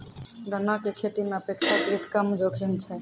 गन्ना के खेती मॅ अपेक्षाकृत कम जोखिम छै